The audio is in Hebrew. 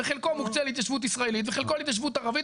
וחלקו מוקצה להתיישבות ישראלית וחלקו להתיישבות ערבית,